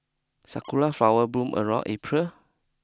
sakura flower bloom around April